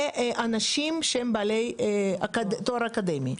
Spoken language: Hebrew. לאנשים שהם בעלי תואר אקדמי.